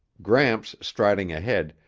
gramps, striding ahead,